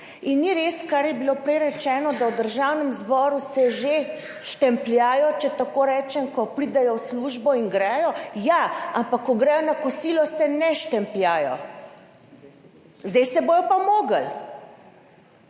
In ni res, kar je bilo prej rečeno, da v Državnem zboru se že štempljajo, če tako rečem, ko pridejo v službo in gredo, ja, ampak ko gredo na kosilo, se ne štempljajo, zdaj se bodo pa mogli